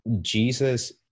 Jesus